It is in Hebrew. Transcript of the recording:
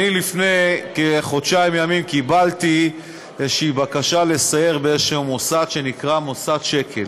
לפני כחודשיים ימים קיבלתי איזו בקשה לסייר במוסד שנקרא מוסד שקל.